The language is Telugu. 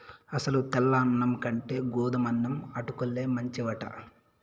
అసలు తెల్ల అన్నం కంటే గోధుమన్నం అటుకుల్లే మంచివట